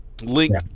link